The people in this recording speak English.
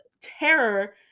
terror